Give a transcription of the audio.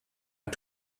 out